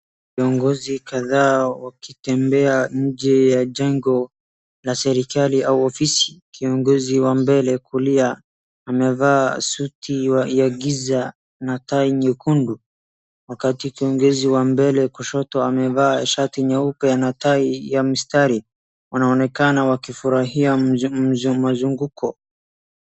Viongozi kadhaa wakitembea nje ya jengo la serikali au ofisi. Kiongozi wa mbele kulia amevaa suti ya giza na tai nyekundi wakati kiongozi wa mbele kushoto amevaa shati nyeupe na tai ya mstari. Wanaonekana wakifurahi mazungumuko.